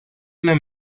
una